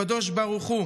הקדוש ברוך הוא